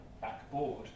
backboard